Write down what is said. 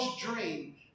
dream